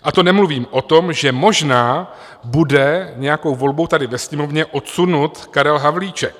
A to nemluvím o tom, že možná bude nějakou volbou tady ve Sněmovně odsunut Karel Havlíček.